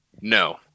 No